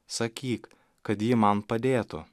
sakyk kad ji man padėtų